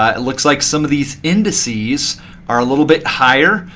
ah it looks like some of these indices are a little bit higher.